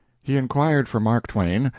he inquired for mark twain,